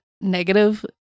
Negative